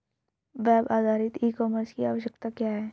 Web आधारित e-commerce की आवश्यकता क्या है?